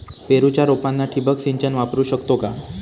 पेरूच्या रोपांना ठिबक सिंचन वापरू शकतो का?